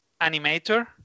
animator